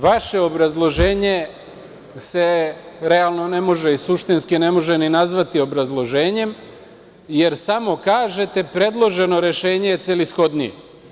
Vaše obrazloženje se realno i suštinski ni ne može nazvati obrazloženjem, jer samo kažete – predloženo rešenje je celishodnije.